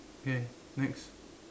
okay next